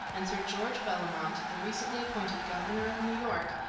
and sir george bellomont, the recently appointed governor of new york,